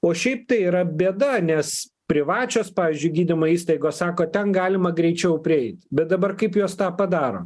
o šiaip tai yra bėda nes privačios pavyzdžiui gydymo įstaigos sako ten galima greičiau prieiti bet dabar kaip jos tą padaro